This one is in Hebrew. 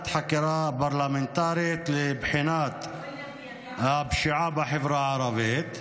חקירה פרלמנטרית לבחינת הפשיעה בחברה הערבית.